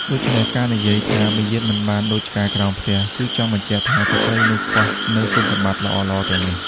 ដូច្នេះ ការនិយាយថាមាយាទមិនបានដូចឆ្កែក្រោមផ្ទះ គឺចង់បញ្ជាក់ថាស្ត្រីនោះខ្វះនូវគុណសម្បត្តិល្អៗទាំងនេះ។